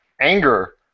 anger